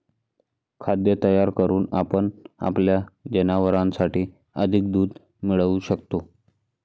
खाद्य तयार करून आपण आपल्या जनावरांसाठी अधिक दूध मिळवू शकतो